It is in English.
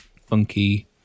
funky